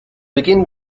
beginn